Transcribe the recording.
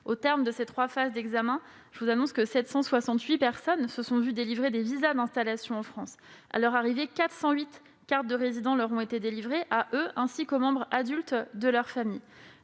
Au terme de ces trois phases d'examen, je vous annonce que 768 personnes se sont vu délivrer des visas d'installation en France. À leur arrivée, 408 cartes de résident leur ont été délivrées, ainsi qu'aux membres adultes de leur famille.